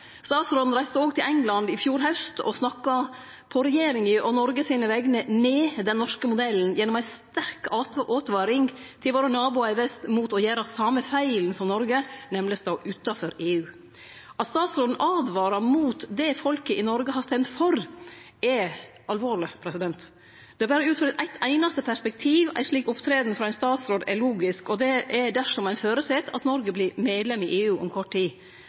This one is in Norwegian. Statsråden reiste òg til England i fjor haust og snakka på vegner av regjeringa og Noreg ned den norske modellen gjennom ei sterk åtvaring til våre naboar i vest mot å gjere den same feilen som Noreg, nemleg å stå utanfor EU. At statsråden åtvarar mot det folket i Noreg har stemt for, er alvorleg. Det er berre ut frå eitt einaste perspektiv ei slik framferd frå ein statsråd er logisk, og det er dersom ein føreset at Norge vert medlem i EU om kort tid.